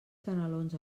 canelons